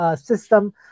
system